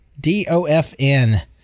D-O-F-N